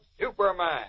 Superman